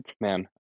man